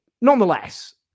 nonetheless